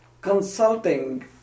Consulting